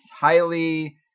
highly